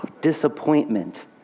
Disappointment